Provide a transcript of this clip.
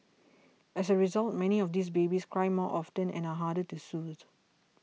as a result many of these babies cry more often and are harder to soothe